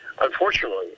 unfortunately